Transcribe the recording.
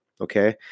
okay